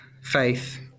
faith